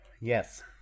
Yes